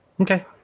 okay